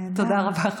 תודה רבה.